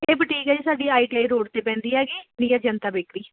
ਇਹ ਬੁਟੀਕ ਹੈ ਜੀ ਸਾਡੀ ਆਈਟੀਆਈ ਰੋਡ 'ਤੇ ਪੈਂਦੀ ਹੈਗੀ ਨੀਅਰ ਜਨਤਾ ਬੇਕਰੀ